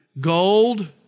gold